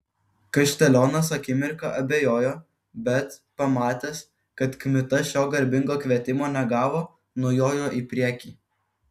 kaštelionas akimirką abejojo bet pamatęs kad kmita šio garbingo kvietimo negavo nujojo į priekį